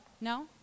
No